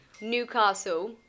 Newcastle